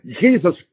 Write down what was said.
Jesus